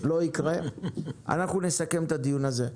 אנחנו נסכם את הדיון הזה.